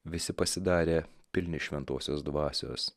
visi pasidarė pilni šventosios dvasios